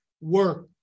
work